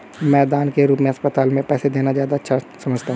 मैं दान के रूप में अस्पताल में पैसे देना ज्यादा अच्छा समझता हूँ